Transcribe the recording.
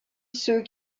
ceux